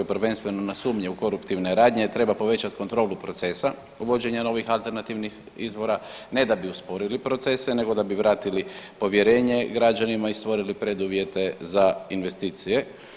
Prvenstveno na sumnjive koruptivne radnje treba povećati kontrolu procesa uvođenja novih alternativnih izvora ne da bi usporili procese, nego da bi vratili povjerenje građanima i stvorili preduvjete za investicije.